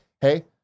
hey